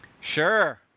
Sure